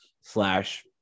slash